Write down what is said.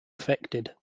affected